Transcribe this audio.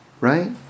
right